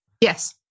Yes